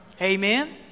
Amen